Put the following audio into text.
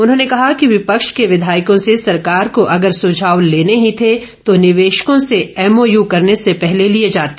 उन्होंने कहा कि विपक्ष के विधायकों से सरकार को अगर सुझाव लेने ही थे तो निवेशकों से एमओयू करने से पहले लिए जाते